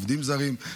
עובדים זרים,